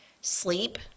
sleep